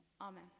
Amen